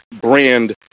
brand